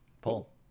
Pull